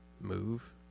move